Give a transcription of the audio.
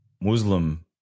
Muslim